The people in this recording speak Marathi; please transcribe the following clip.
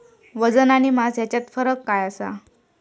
वजन आणि मास हेच्यात फरक काय आसा?